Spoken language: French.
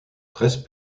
treize